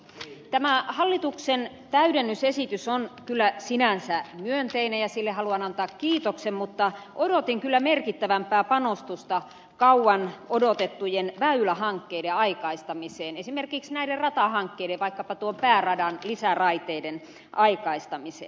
tämä hallituksen täydennysesitys on kyllä sinänsä myönteinen ja sille haluan antaa kiitoksen mutta odotin kyllä merkittävämpää panostusta kauan odotettujen väylähankkeiden aikaistamiseen esimerkiksi näiden ratahankkeiden vaikkapa tuon pääradan lisäraiteiden aikaistamiseen